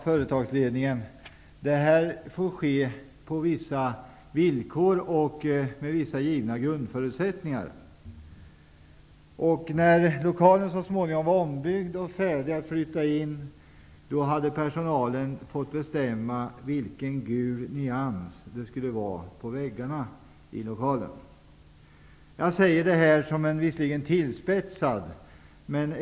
Företagsledningen sade: Det här får ske på vissa villkor, med vissa givna grundförutsättningar. När lokalen så småningom var ombyggd och färdig och det var dags att flytta in i den, hade personalen fått bestämma vilken gul nyans väggarna i lokalen skulle ha! Visserligen är det här litet tillspetsat uttryckt.